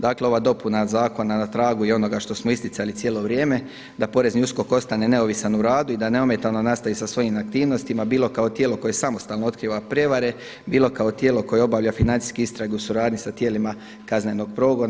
Dakle ova dopuna zakona na tragu je onoga što smo isticali cijelo vrijeme da Porezni USKOK ostane neovisan u radu i da neometano nastavi sa svojim aktivnostima bilo kao tijelo koje samostalno otkriva prijevare, bilo kao tijelo koje obavlja financijsku istragu u suradnji sa tijelima kaznenog progona.